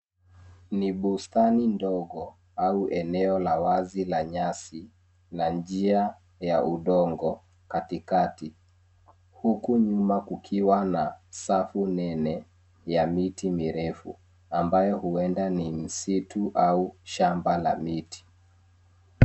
Ni bustani ndogo au eneo la wazi la nyasi, na njia ya udongo katikati. Huku nyuma kukiwa na safu nene ya miti mirefu, ambayo huenda ni msitu au shamba la miti.